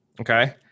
Okay